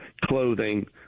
clothing